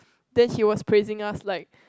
then he was praising us like